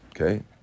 Okay